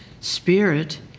Spirit